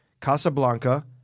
Casablanca